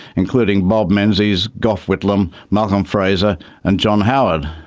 including bob menzies, gough whitlam, malcolm fraser and john howard.